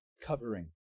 covering